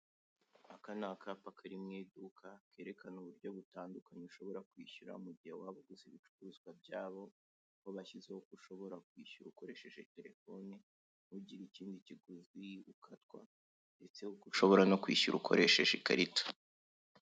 Aka ni akapa kari mu iduka kerekana uburyo butandukanye ushobora kwishyura mu gihe waba uguze ibicuruzwa byabo. Aho bashyizeho uko ushobora kwishyura ukoresheje telefone, ntugire ikindi kiguzi ukatwa ndetse uko ushobora kwishyura ukoresheje ikarita.